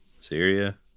Syria